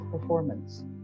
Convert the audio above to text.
performance